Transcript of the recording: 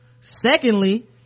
secondly